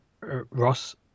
Ross